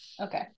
Okay